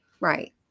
Right